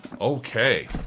Okay